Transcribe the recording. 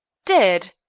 dead?